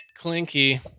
Clinky